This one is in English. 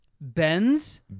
Benz